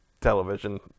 television